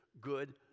good